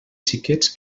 xiquets